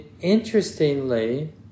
interestingly